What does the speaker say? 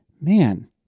man